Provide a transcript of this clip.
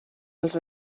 els